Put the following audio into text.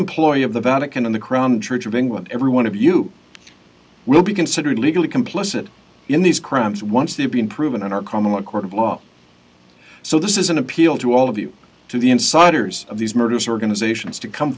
employee of the vatican in the crown church of england every one of you will be considered legally complicit in these crimes once they've been proven in our criminal court of law so this is an appeal to all of you to the insiders of these murders organizations to come